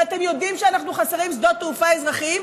ואתם יודעים שאנחנו חסרים שדות תעופה אזרחיים.